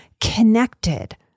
connected